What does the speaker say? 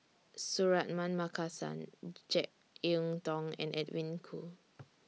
Suratman Markasan Jek Yeun Thong and Edwin Koo